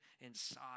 inside